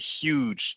huge